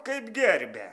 kaip gerbia